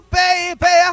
baby